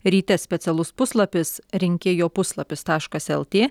ryte specialus puslapis rinkėjo puslapis taškas lt